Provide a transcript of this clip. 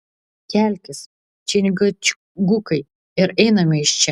kelkis čingačgukai ir einame iš čia